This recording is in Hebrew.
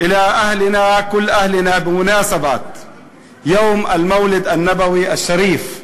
כי היום הוא יום ההולדת של הנביא מוחמד עליו השלום,